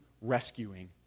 rescuing